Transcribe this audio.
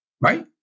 Right